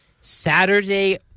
Saturday